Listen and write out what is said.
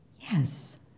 Yes